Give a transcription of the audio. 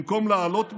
במקום להעלות מיסים,